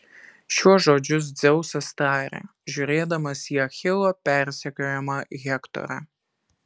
šiuos žodžius dzeusas taria žiūrėdamas į achilo persekiojamą hektorą